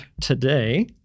today